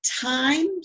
time